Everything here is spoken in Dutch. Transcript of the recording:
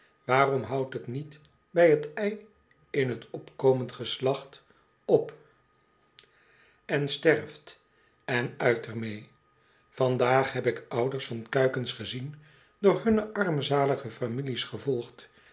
waarom houdt het niet bij t ei in t opkomend geslacht op en sterft en uit er mee vandaag heb ik ouders van kuikens gezien door hunne armzalige families gevolgd